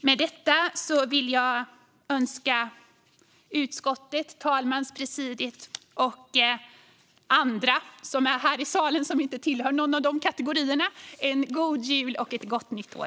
Med detta vill jag önska utskottet, talmanspresidiet och andra här i salen som inte tillhör någon av de kategorierna en god jul och ett gott nytt år.